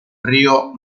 río